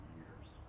years